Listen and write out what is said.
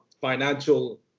financial